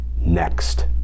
next